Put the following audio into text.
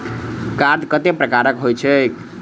Card कतेक प्रकारक होइत छैक?